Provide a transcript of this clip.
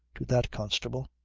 to that constable.